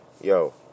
Yo